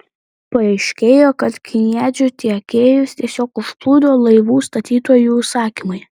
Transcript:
paaiškėjo kad kniedžių tiekėjus tiesiog užplūdo laivų statytojų užsakymai